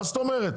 מה זאת אומרת?